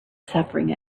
suffering